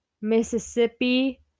Mississippi